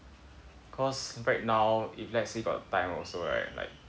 cause right now if let's say got time also right like